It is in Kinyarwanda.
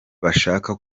bashaka